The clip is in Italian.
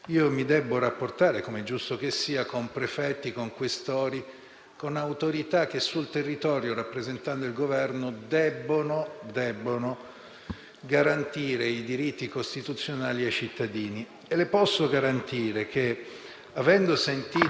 Io ricordo a me stesso che oggi è il 28 ottobre e il 28 ottobre del 1922, secondo gli storici, iniziò una marcia che poi si concluse molto tristemente per il nostro Paese, alimentando vent'anni di